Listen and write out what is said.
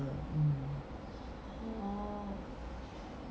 orh